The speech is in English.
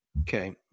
Okay